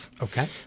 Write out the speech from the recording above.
okay